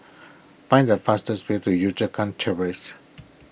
find the fastest way to Yio Chu Kang Terrace